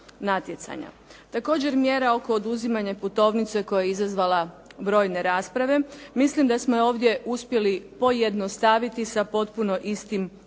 Također mjere oko oduzimanja putovnice koja je izazvala brojne rasprave, mislim da smo je ovdje uspjeli pojednostaviti sa potpuno istim rezultatom.